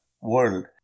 world